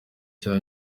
cya